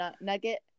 nugget